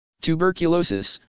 Tuberculosis